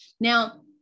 Now